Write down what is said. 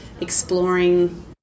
exploring